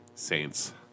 Saints